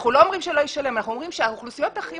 אנחנו לא אומרים שהוא לא ישלם אלא שהאוכלוסיות הכי